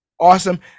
Awesome